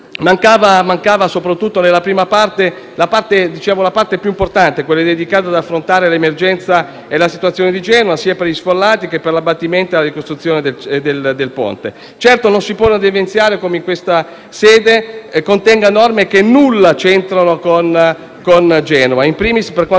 Mancava, soprattutto nella prima parte del decreto-legge, la componente più importante, quella dedicata ad affrontare l’emergenza e la situazione di Genova, sia per gli sfollati che per l’abbattimento e la ricostruzione del ponte. Certo, non si può non evidenziare in questa sede come il testo contenga norme che nulla c’entrano con Genova,